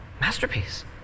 Masterpiece